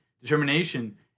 determination